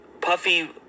puffy